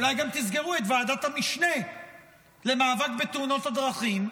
אולי גם תסגרו את ועדת המשנה למאבק בתאונות הדרכים,